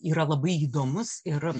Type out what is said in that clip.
yra labai įdomus ir